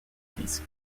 disque